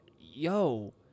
yo